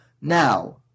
Now